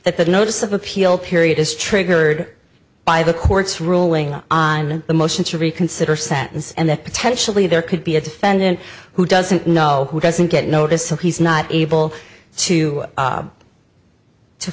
the notice of appeal period is triggered by the court's ruling on the motion to reconsider sentence and that potentially there could be a defendant who doesn't know who doesn't get notice so he's not able to